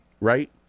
right